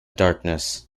darkness